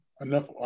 enough